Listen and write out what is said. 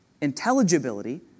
Intelligibility